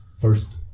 first